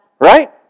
Right